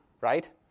right